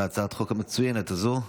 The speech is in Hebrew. על הצעת החוק המצוינת הזאת.